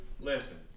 Listen